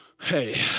Hey